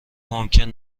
ممکن